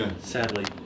Sadly